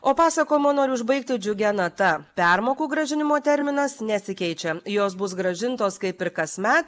o pasakojimą nori užbaigti džiugia nata permokų grąžinimo terminas nesikeičia jos bus grąžintos kaip ir kasmet